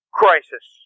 crisis